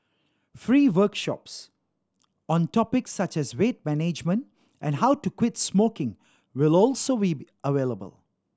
free workshops on topics such as weight management and how to quit smoking will also be available